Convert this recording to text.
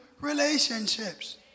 relationships